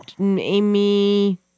Amy